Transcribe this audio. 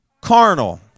carnal